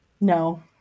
no